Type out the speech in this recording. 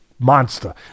monster